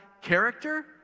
character